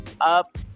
up